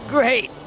Great